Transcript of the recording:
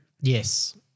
Yes